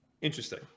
Interesting